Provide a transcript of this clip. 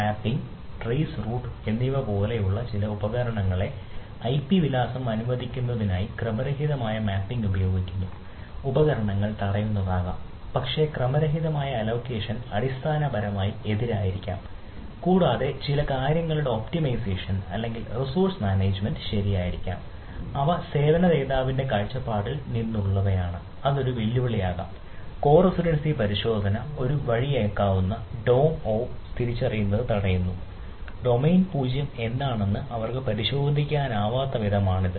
mapping trace route പൂജ്യം എന്താണെന്ന് അവർക്ക് പരിശോധിക്കാനാകാത്തവിധം ആണ് ഇത്